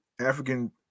african